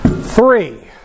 three